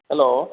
hello ट